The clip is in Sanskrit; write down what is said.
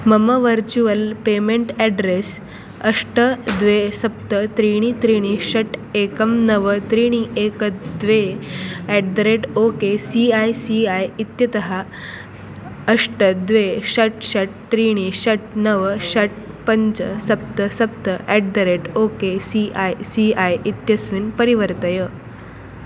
मम वर्चुवल् पेमेण्ट् अड्रेस् अष्ट द्वे सप्त त्रीणि त्रीणि षट् एकं नव त्रीणि एक द्वे at the rate O K C I C I इत्यतः अष्ट द्वे षट् षट् त्रीणि षट् नव षट् पञ्च सप्त सप्त at the rate O K C I C I इत्यस्मिन् परिवर्तय